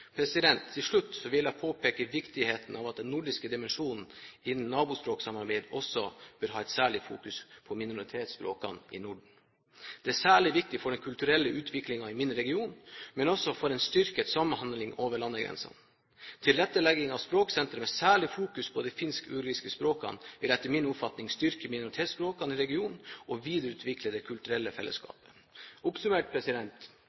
Til slutt vil jeg påpeke viktigheten av at den nordiske dimensjonen innen nabospråksamarbeid også bør ha et særlig fokus på minoritetsspråkene i Norden. Det er særlig viktig for den kulturelle utviklingen i min region, men også for en styrket samhandling over landegrensene. Tilrettelegging av språksentre, med særlig fokus på de finsk-ugriske språkene, vil etter min oppfatning styrke minoritetsspråkene i regionen og videreutvikle det kulturelle